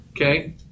Okay